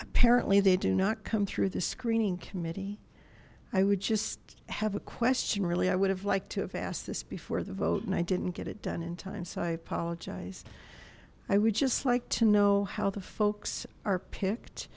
apparently they do not come through the screening committee i would just have a question really i would have liked to have asked this before the vote and i didn't get it done in time so i apologize i would just like to know how the folks are picked